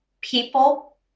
people